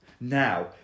Now